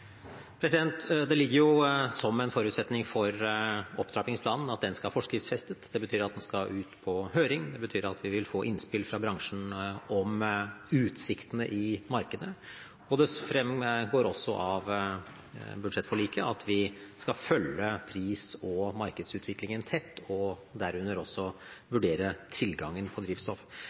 Det ligger jo som en forutsetning for opptrappingsplanen at den skal forskriftsfestes. Det betyr at den skal ut på høring, og det betyr at vi vil få innspill fra bransjen om utsiktene i markedet. Det fremgår også av budsjettforliket at vi skal følge pris- og markedsutviklingen tett, og derunder også vurdere tilgangen på drivstoff.